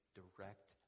direct